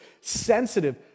sensitive